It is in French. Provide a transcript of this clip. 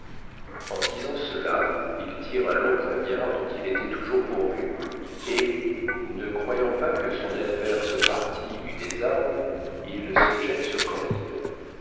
en disant cela il tire un long poignard dont il était toujours pourvu et ne croyant pas que son adverse partie eût des armes il se jette sur candide